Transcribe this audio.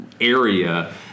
area